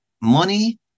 money